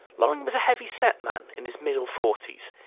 loring was a heavy-set man, in his middle forties.